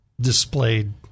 displayed